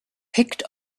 picked